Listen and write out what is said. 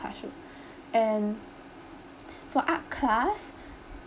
classroom and for art class